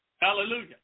Hallelujah